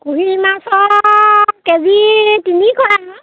কুঢ়ি মাছৰ K G তিনিশ টকা